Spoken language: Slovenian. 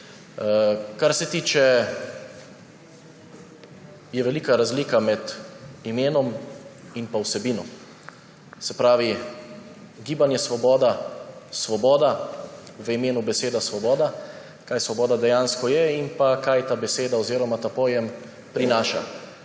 tudi sledil. Velika razlika je med imenom in vsebino. Se pravi Gibanje Svoboda – svoboda, v imenu beseda svoboda, kaj svoboda dejansko je in kaj ta beseda oziroma ta pojem prinaša.